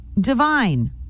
divine